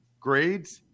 Grades